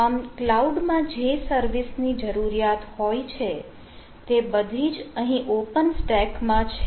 તો આમ ક્લાઉડમાં જે સર્વિસ ની જરૂરિયાત હોય છે તે બધી જ અહીં ઓપન સ્ટેક માં છે